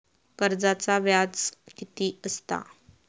कर्जाचा व्याज कीती असता?